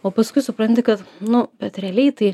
o paskui supranti kad nu bet realiai tai